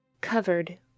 covered